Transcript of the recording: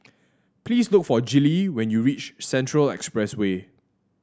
please look for Gillie when you reach Central Expressway